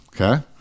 okay